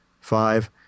Five